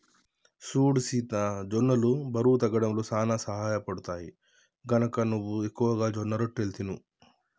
సూడు సీత జొన్నలు బరువు తగ్గడంలో సానా సహయపడుతాయి, గనక నువ్వు ఎక్కువగా జొన్నరొట్టెలు తిను